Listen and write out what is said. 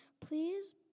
please